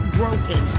broken